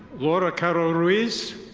laura caro ruiz.